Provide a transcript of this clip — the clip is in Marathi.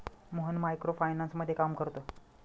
मोहन मायक्रो फायनान्समध्ये काम करतो